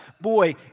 boy